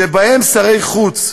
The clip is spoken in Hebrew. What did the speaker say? שבהם שרי חוץ,